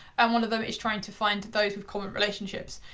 and one of them is trying to find those with common relationships.